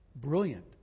brilliant